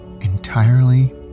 entirely